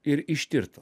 ir ištirtų